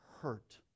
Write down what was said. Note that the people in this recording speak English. hurt